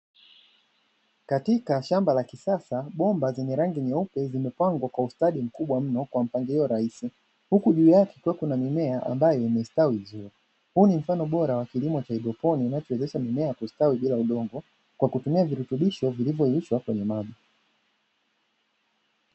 Katika shamba la kisasa bomba zenye rangi nyeupe zimepanga kwa ustadi mkubwa mno kwa mpangilio rahisi, huku juu yake kukiwa na mimea ambayo imestawi vizuri huu ni mfano bora wa kilo cha haidroponi unaowezesha mimea kustawi bila kutumia udongon kwa kutumia virutubisho vilivyoyeyushwa kwenye maji.